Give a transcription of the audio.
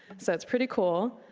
so it's pretty cool.